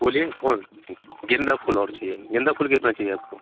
बोलिए कौन गेंदा फूल और चाहिए गेंदा फूल कितना चाहिए आपको